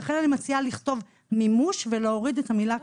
לכן אני מציעה לכתוב "מימוש" ולהוריד את המילה "קידום".